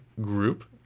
group